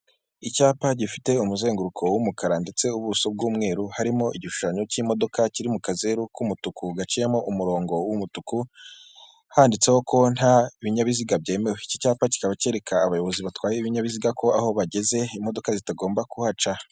Icyapa gifite umuzenguruko w'umukara ndetse ubuso bw'umweru, harimo igishushanyo cy'imodoka kiri mu kazeru k'umutuku gaciyemo umurongo w'umutuku, handitseho ko nta binyabiziga byemewe, iki cyapa kikaba cyereka abayobozi batwaye ibinyabiziga ko aho bageze imodoka zitagomba kuhaca.